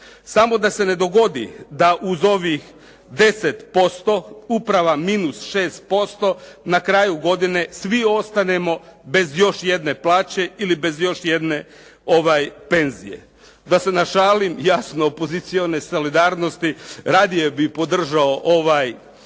Samo da se ne dogodi da uz ovih 10% uprava minus 6%, na kraju godine svi ostanemo bez još jedne plaće ili bez još jedne penzije. Da se našalim, jasno opozicione solidarnosti, radije bih podržao ovaj